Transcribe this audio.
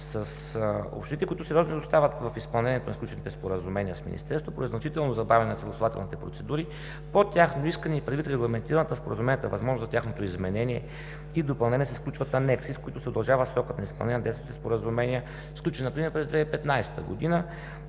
С общините, които сериозно изостават в изпълнението на сключените споразумения с Министерството и при значително забавяне на съгласувателните процедури – по тяхно искане и предвид регламентираната в споразумението възможност за тяхното изменение и допълнение, се сключват анекси, с които се удължава срокът на изпълнение на действащите споразумения, сключени например през 2015 г., а